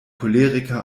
choleriker